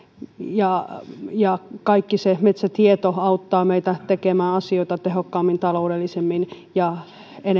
ja ja kaikki se metsätieto auttaa meitä tekemään asioita tehokkaammin taloudellisemmin ja